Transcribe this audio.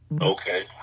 Okay